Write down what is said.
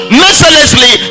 mercilessly